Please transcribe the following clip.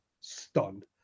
stunned